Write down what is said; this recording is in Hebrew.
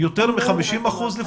יותר מ-50 אחוזים?